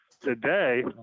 Today